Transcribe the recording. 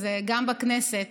וגם בכנסת